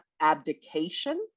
abdication